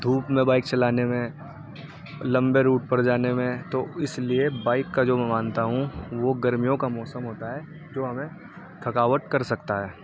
دھوپ میں بائک چلانے میں لمبے روٹ پر جانے میں تو اس لیے بائک کا جو میں مانتا ہوں وہ گرمیوں کا موسم ہوتا ہے جو ہمیں تھکاوٹ کر سکتا ہے